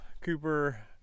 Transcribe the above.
Cooper